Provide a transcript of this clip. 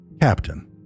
Captain